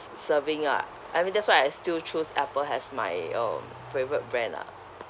serving ah I mean that's why I still choose apple as my um favourite brand lah